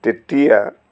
তেতিয়া